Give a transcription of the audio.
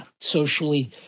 socially